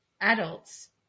adults